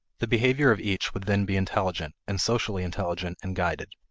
the behavior of each would then be intelligent and socially intelligent and guided.